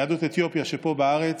יהדות אתיופיה שפה בארץ,